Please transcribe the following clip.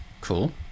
cool